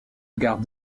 gare